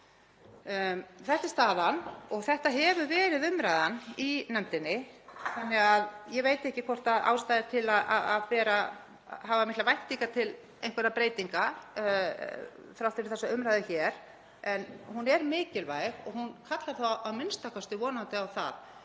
Þetta er staðan og þetta hefur verið umræðan í nefndinni þannig að ég veit ekki hvort ástæða er til að hafa miklar væntingar til einhverra breytinga þrátt fyrir þessa umræðu hér. En hún er mikilvæg og hún kallar þá a.m.k. vonandi á það